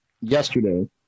yesterday